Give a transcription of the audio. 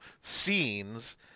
scenes